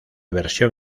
versión